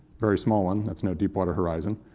very small one, that's no deepwater horizon.